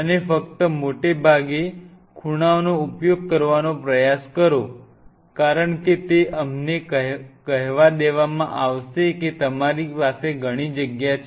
અને ફક્ત મોટે ભાગે ખૂણાઓનો ઉપયોગ કરવાનો પ્રયાસ કરો કારણ કે તે અમને કહેવા દેવામાં આવશે કે તમારી પાસે ઘણી જગ્યા છે